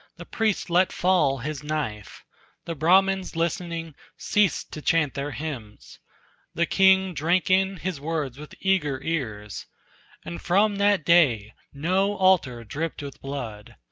the priest let fall his knife the brahmans listening, ceased to chant their hymns the king drank in his words with eager ears and from that day no altar dripped with blood,